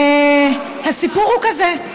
הסיפור הוא כזה: